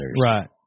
Right